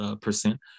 percent